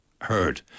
heard